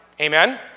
Amen